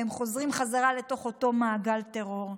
והם חוזרים חזרה לתוך אותו מעגל טרור.